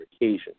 occasion